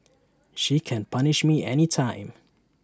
she can punish me anytime